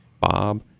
Bob